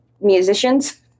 musicians